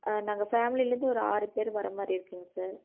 நாங்கள் ஃபேமிலிலருந்து ஒரு ஆறு பேர் வரமாதிரி இருக்குங்க சார்